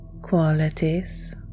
qualities